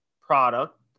product